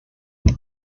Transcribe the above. but